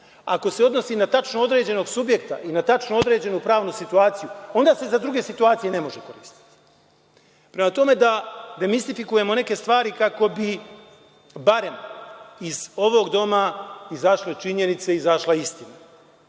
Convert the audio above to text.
Ako se odnosi na tačno određenog subjekta i na tačno određenu pravnu situaciju, onda se za druge situacije ne može koristiti. Prema tome, da demistifikujemo neke stvari kako bi barem iz ovog doma izašle činjenice, izašla istina. Još